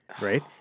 right